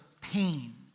pain